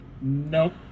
Nope